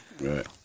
Right